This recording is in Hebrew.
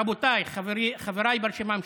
רבותיי, חבריי ברשימה המשותפת,